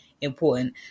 important